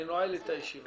אני נועל את הישיבה.